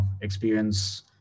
experience